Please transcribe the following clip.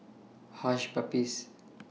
Hush Puppies